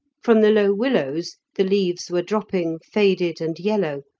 from the low willows the leaves were dropping, faded and yellow,